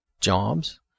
jobs